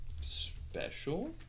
special